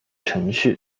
程序